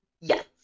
Yes